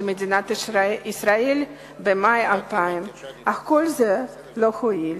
מדינת ישראל במאי 2000. אך כל זה לא הועיל.